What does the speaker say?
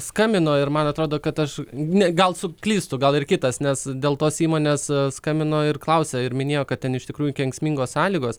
skambino ir man atrodo kad aš gal klystu gal ir kitas nes dėl tos įmonės skambino ir klausė ir minėjo kad ten iš tikrųjų kenksmingos sąlygos